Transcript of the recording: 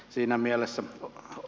siinä mielessä on